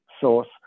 source